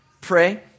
pray